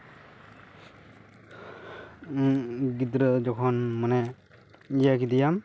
ᱜᱤᱫᱽᱨᱟᱹ ᱡᱚᱠᱷᱚᱱ ᱢᱟᱱᱮ ᱤᱭᱟᱹ ᱠᱮᱫᱮᱭᱟᱢ